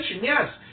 Yes